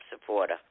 supporter